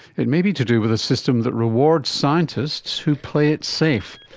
it may be to do with a system that rewards scientists who play it safe,